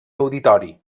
auditori